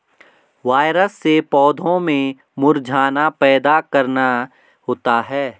virus से पौधों में मुरझाना पैदा करना होता है